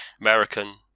American